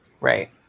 Right